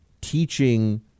teaching